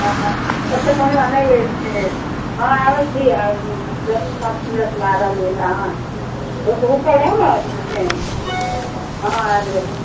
अच्छा ओतेक हमरा नहि अछि अइ हँ आबै छी आओर दस पाँच मिनटमे आबि रहलिए ने अहाँ रुक रुकल रहू ने एखन हँ आबि जेबै